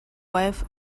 wife